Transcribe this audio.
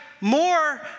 more